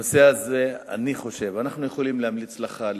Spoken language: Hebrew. אני חושב שבנושא הזה אנחנו יכולים להמליץ לך,